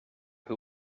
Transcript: who